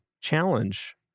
challenge